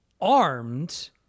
armed